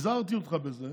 הזהרתי אותך מזה,